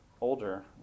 older